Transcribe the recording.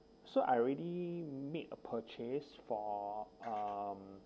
so I already made a purchase for um